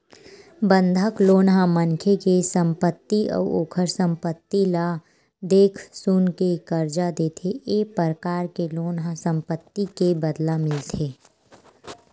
बंधक लोन ह मनखे के संपत्ति अउ ओखर संपत्ति ल देख सुनके करजा देथे ए परकार के लोन ह संपत्ति के बदला मिलथे